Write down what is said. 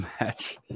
match